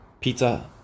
pizza